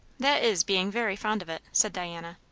that is being very fond of it, said diana.